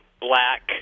black